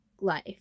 life